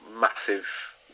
massive